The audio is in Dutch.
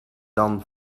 dan